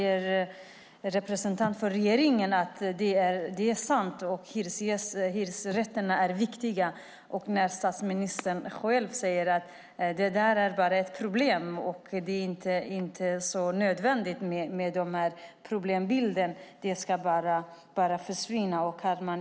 En representant för regeringen säger att det är sant och att hyresrätterna är viktiga. Statsministern själv säger att det är ett problem, men att problemet inte är så viktigt utan att det kommer att försvinna.